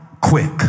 quick